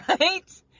right